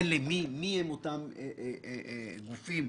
ומי הם אותם גופים,